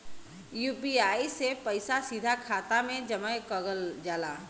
UPI से पइसा सीधा खाते में जमा कगल जाला